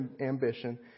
ambition